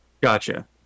Gotcha